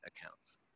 accounts